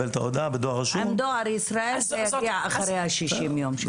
עם דואר ישראל זה יגיע אחרי ה-60 יום.